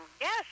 Yes